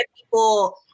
people